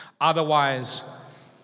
Otherwise